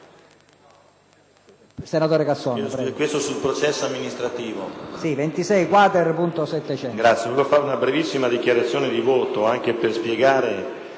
senatore Casson,